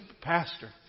pastor